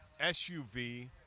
SUV